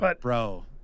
Bro